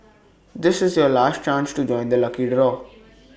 this is your last chance to join the lucky the door